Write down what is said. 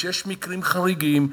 וכשיש מקרים חריגים,